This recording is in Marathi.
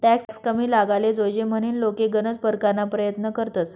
टॅक्स कमी लागाले जोयजे म्हनीन लोके गनज परकारना परयत्न करतंस